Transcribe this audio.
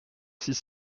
six